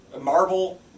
Marble